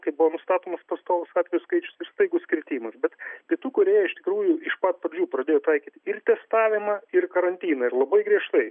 kai buvo nustatomas pastovus atvejų skaičius ir staigus kritimas bet pietų korėja iš tikrųjų iš pat pradžių pradėjo taikyti ir testavimą ir karantiną ir labai griežtai